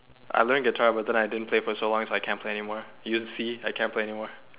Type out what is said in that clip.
I'm going to get tired but then I didn't play for so long cause I can't play anymore did you see I can't play anymore